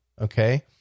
Okay